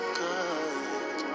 good